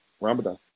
Ramadan